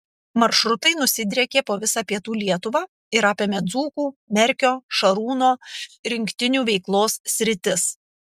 maršrutai nusidriekė po visą pietų lietuvą ir apėmė dzūkų merkio šarūno rinktinių veiklos sritis